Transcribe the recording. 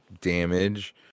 damage